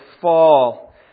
fall